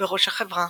בראש החברה